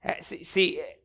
See